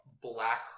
black